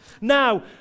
Now